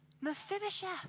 Mephibosheth